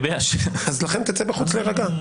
אז לכן תצא החוצה להירגע.